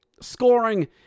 scoring